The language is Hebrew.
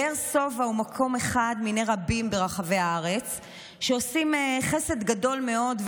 "באר שובע" הוא מקום אחד מיני רבים ברחבי הארץ שעושים חסד גדול מאוד,